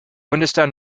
understand